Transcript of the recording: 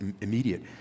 immediate